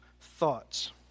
thoughts